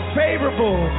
favorable